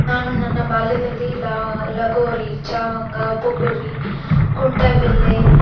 ನಾನು ನನ್ನ ಬಾಲ್ಯದಲ್ಲಿ ಲಗೋರಿ ಚಾವಂಗ ಬುಗುರಿ ಕುಂಟೆ ಬಿಲ್ಲೆ